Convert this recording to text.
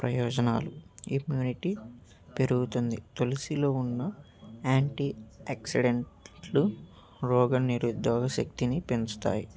ప్రయోజనాలు ఇమ్యూనిటీ పెరుగుతుంది తులసిలో ఉన్న యాంటీ ఓక్సిడెంట్లు రోగ నిరోధక శక్తిని పెంచుతాయి